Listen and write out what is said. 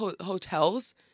hotels